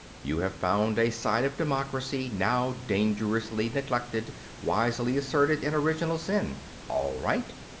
you have found a side of democracy now dangerously neglected wisely asserted in original sin all right.